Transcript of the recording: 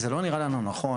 זה לא נראה לנו נכון.